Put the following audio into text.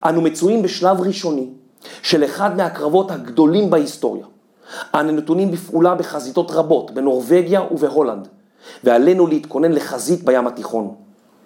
‫אנו מצויים בשלב ראשוני ‫של אחד מהקרבות הגדולים בהיסטוריה. ‫אנו נתונים בפעולה בחזיתות רבות ‫בנורבגיה ובהולנד, ‫ועלינו להתכונן לחזית בים התיכון.